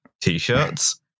t-shirts